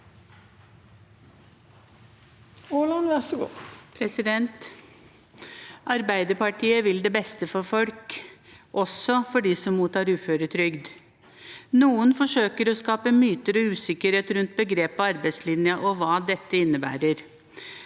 Arbeiderpartiet vil det beste for folk, også for dem som mottar uføretrygd. Noen forsøker å skape myter og usikkerhet rundt begrepet «arbeidslinja» og hva dette innebærer.